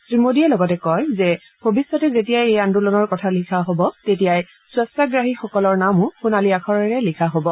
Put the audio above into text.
শ্ৰীমোডীয়ে লগতে কয় যে ভৱিষ্যতে যেতিয়াই এই আন্দোলনৰ কথা লিখা হব তেতিয়াই স্বচ্ছাগ্ৰাহীসকলৰ নামো সোণালী আখৰেৰে লিখা হব